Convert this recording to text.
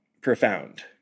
profound